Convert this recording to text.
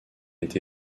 été